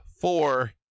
four